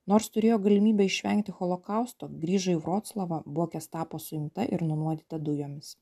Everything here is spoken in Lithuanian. nors turėjo galimybę išvengti holokausto grįžo į vroclavą buvo gestapo suimta ir nunuodyta dujomis